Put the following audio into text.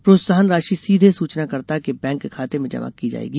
प्रोत्साहन राशि सीधे सूचनाकर्ता के बैंक खाते में जमा की जाएगी